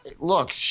Look